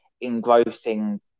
engrossing